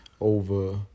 over